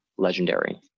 legendary